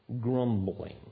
grumbling